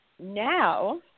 Now